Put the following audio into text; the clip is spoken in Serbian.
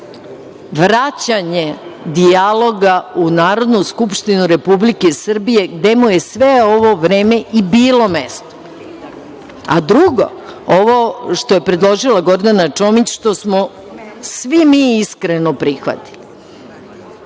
vraćanje dijaloga u Narodnu skupštinu Republike Srbije, gde mu je sve ovo vreme i bilo mesto. Drugo, ovo što je predložila Gordana Čomić, što smo svi mi iskreno prihvatili